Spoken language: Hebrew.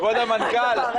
עמדת מרכז שלטון מקומי.